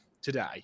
today